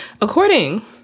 According